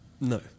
No